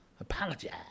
Apologize